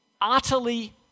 utterly